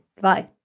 Bye